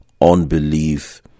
unbelief